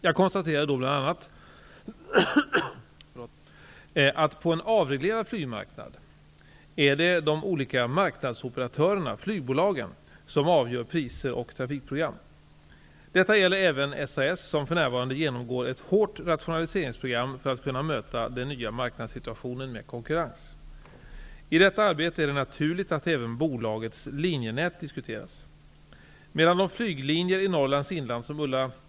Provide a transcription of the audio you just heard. Jag konstaterade då bl.a. att det på en avreglerad flygmarknad är de olika marknadsoperatörerna -- flygbolagen -- som avgör priser och trafikprogram. Detta gäller även SAS som för närvarande genomgår ett hårt rationaliseringsprogram för att kunna möta den nya marknadssituationen med konkurrens. I detta arbete är det naturligt att även bolagets linjenät diskuteras.